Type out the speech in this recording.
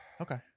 okay